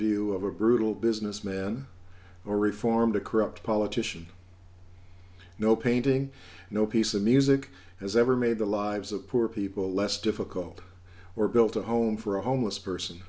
view of a brutal businessman or reformed a corrupt politician no painting no piece of music has ever made the lives of poor people less difficult or built a home for a homeless person